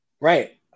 Right